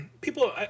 People